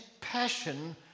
passion